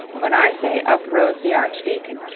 when i say up rose the archdeacon,